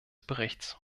berichts